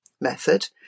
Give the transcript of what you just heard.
method